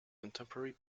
contemporary